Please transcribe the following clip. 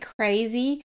crazy